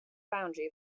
boundary